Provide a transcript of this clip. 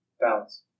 Balance